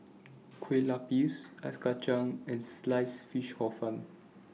Kueh Lapis Ice Kacang and Sliced Fish Hor Fun